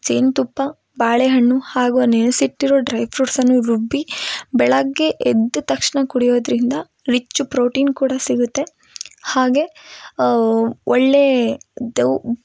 ಜೇನು ತುಪ್ಪ ಬಾಳೆಹಣ್ಣು ಹಾಗು ನೆನೆಸಿಟ್ಟಿರೊ ಡ್ರೈ ಫ್ರೂಟ್ಸನ್ನು ರುಬ್ಬಿ ಬೆಳಗ್ಗೆ ಎದ್ದ ತಕ್ಷಣ ಕುಡಿಯೋದರಿಂದ ರಿಚ್ ಪ್ರೋಟೀನ್ ಕೂಡ ಸಿಗುತ್ತೆ ಹಾಗೆ ಒಳ್ಳೆಯ ದೆವ್